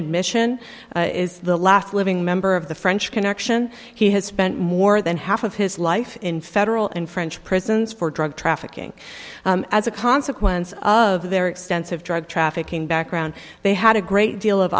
admission is the last living member of the french connection he has spent more than half of his life in federal and french prisons for drug trafficking as a consequence of their extensive drug trafficking background they had a great deal of